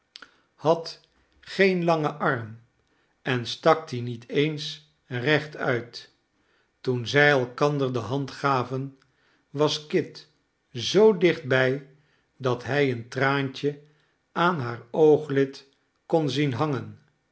had geen langen arm en stak dien niet eens rechtuit toen zij elkander de hand gaven was kit zoo dichtbij dat hij een traantje aan haar ooglid kon zien hangen